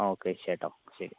ആ ഓക്കെ ശരി